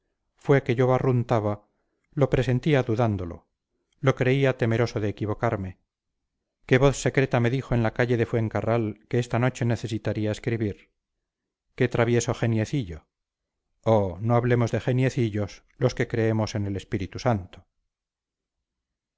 fue que yo barruntaba lo presentía dudándolo lo creía temeroso de equivocarme qué voz secreta me dijo en la calle de fuencarral que esta noche necesitaría escribir qué travieso geniecillo oh no hablemos de geniecillos los que creemos en el espíritu santo